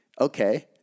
okay